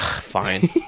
Fine